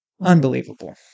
Unbelievable